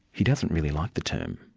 he doesn't really like the term.